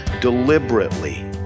deliberately